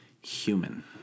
human